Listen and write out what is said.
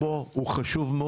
הוא מאוד חשוב.